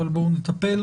אבל בואו נטפל.